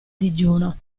digiuno